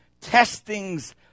testings